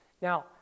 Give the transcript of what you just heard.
Now